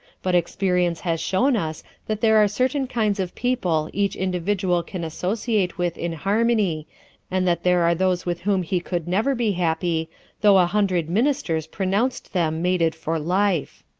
but experience has shown us that there are certain kinds of people each individual can associate with in harmony and that there are those with whom he could never be happy though a hundred ministers pronounced them mated for life.